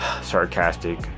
Sarcastic